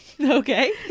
Okay